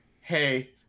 hey